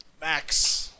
Max